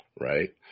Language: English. Right